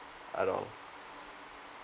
at all